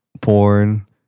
porn